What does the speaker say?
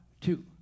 two